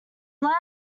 blair